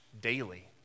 daily